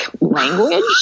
language